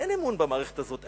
אין אמון במערכת הזאת,